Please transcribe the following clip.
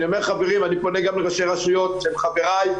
אני פונה גם לראשי רשויות שהם חברי,